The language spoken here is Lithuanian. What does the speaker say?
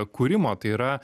kūrimo tai yra